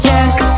Yes